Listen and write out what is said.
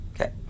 Okay